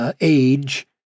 age